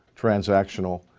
transactional,